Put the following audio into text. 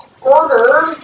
order